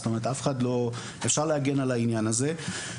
זאת אומרת, אפשר להגן על העניין הזה.